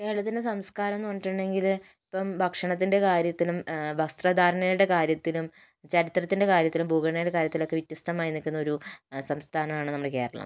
കേരളത്തിൻ്റെ സംസ്കാരം എന്ന് പറഞ്ഞിട്ടുണ്ടെങ്കിൽ ഇപ്പം ഭക്ഷണത്തിൻ്റെ കാര്യത്തിലും വസ്ത്രധാരണയുടെ കാര്യത്തിലും ചരിത്രത്തിൻ്റെ കാര്യത്തിലും ഭൂഘടനയുടെ കാര്യത്തിലൊക്കെ വ്യത്യസ്തമായ നിൽക്കുന്നൊരു സംസ്ഥാനമാണ് നമ്മുടെ കേരളം